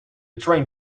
train